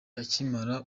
akimara